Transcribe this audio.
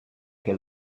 què